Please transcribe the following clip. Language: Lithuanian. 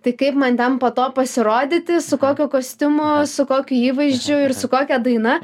tai kaip man ten po to pasirodyti su kokiu kostiumu su kokiu įvaizdžiu ir su kokia daina